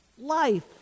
life